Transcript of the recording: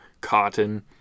cotton